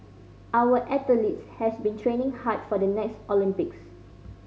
our athletes has been training hard for the next Olympics